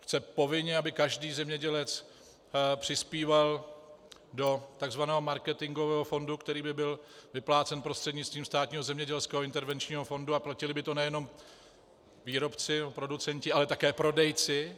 Chce povinně, aby každý zemědělec přispíval do tzv. marketingového fondu, který by byl vyplácen prostřednictvím Státního zemědělského intervenčního fondu, a platili by to nejenom výrobci, producenti, ale také prodejci.